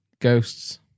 ghosts